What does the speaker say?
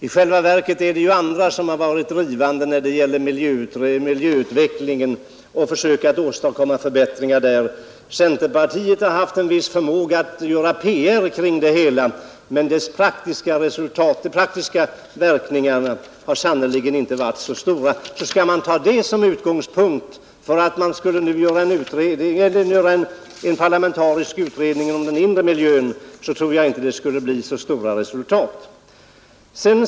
I själva verket är det ju andra som varit drivande när det gällt miljöutvecklingen och försök att åstadkomma förbättringar därvidlag. Centerpartiet har haft en viss förmåga att göra PR kring sina förslag, men partiets praktiska insatser har sannerligen inte varit så stora. Skall man ta dessa insatser som utgångspunkt för att man nu skulle ha en parlamentarisk utredning om den inre miljön, så tror jag inte det blir så stora resultat.